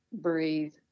breathe